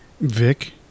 Vic